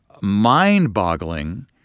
mind-boggling